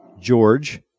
George